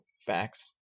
facts